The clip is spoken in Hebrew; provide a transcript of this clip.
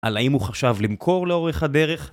על האם הוא חשב למכור לאורך הדרך?